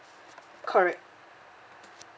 correct